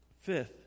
Fifth